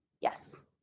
yes